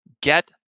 get